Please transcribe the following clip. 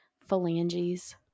phalanges